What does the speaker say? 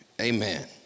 Amen